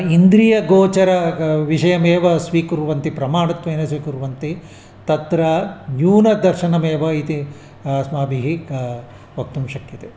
इन्द्रियगोचरः ग विषयमेव स्वीकुर्वन्ति प्रमाणत्वेन स्वीकुर्वन्ति तत्र न्यूनदर्शनमेव इति अस्माभिः वक्तुं शक्यते